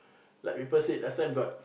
like people said last time got